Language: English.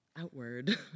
Outward